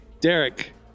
Derek